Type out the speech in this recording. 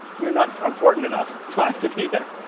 you're not important enough at the time to be there.